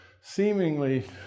seemingly